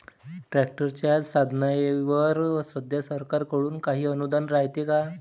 ट्रॅक्टरच्या साधनाईवर सध्या सरकार कडून काही अनुदान रायते का?